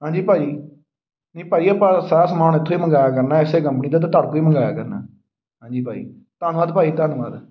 ਹਾਂਜੀ ਭਾਅ ਜੀ ਨਹੀਂ ਭਾਅ ਜੀ ਆਪਾਂ ਸਾਰਾ ਸਮਾਨ ਇੱਥੋਂ ਹੀ ਮੰਗਵਾਇਆ ਕਰਨਾ ਇਸੇ ਕੰਪਨੀ ਤੋਂ ਅਤੇ ਤੁਹਾਡੇ ਤੋਂ ਹੀ ਮੰਗਵਾਇਆ ਕਰਨਾ ਹਾਂਜੀ ਭਾਅ ਜੀ ਧੰਨਵਾਦ ਭਾਅ ਜੀ ਧੰਨਵਾਦ